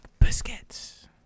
Biscuits